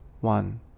one